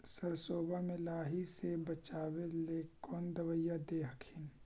सरसोबा मे लाहि से बाचबे ले कौन दबइया दे हखिन?